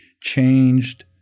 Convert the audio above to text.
changed